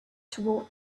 toward